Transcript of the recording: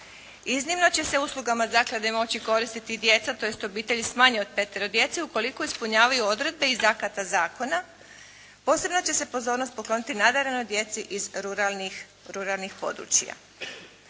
Iznimno će se uslugama zaklade moći koristiti i djeca tj. obitelji s manje od petero djece ukoliko ispunjavaju odredbe iz akata zakona. Posebna će se pozornost pokloniti nadarenoj djeci iz ruralnih područja.